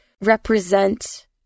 represent